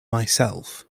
myself